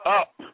up